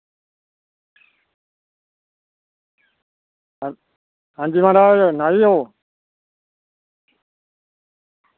हां जी महाराज नाई ओ